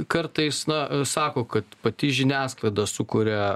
kartais na sako kad pati žiniasklaida sukuria